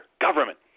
government